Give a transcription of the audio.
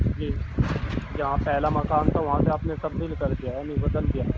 جی جہاں پہلا مقام تھا وہاں پہ آپ نے تبدیل کردیا یعنی بدل دیا